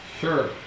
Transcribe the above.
Sure